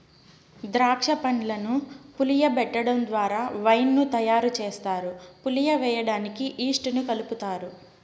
దాక్ష పండ్లను పులియబెటడం ద్వారా వైన్ ను తయారు చేస్తారు, పులియడానికి ఈస్ట్ ను కలుపుతారు